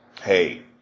Hey